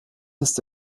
ist